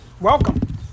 Welcome